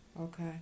okay